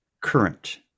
Current